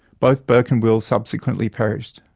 both bourke and wills subsequently perished.